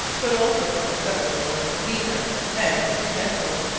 but also from the settlers of minas and chignecto,